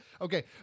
Okay